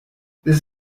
this